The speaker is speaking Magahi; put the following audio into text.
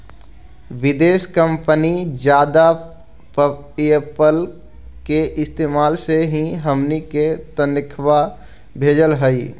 विदेशी कंपनी जादा पयेपल के इस्तेमाल से ही हमनी के तनख्वा भेजऽ हइ